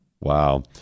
Wow